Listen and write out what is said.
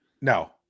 No